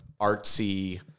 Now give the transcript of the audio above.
artsy